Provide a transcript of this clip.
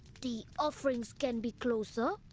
the offerings can be closer.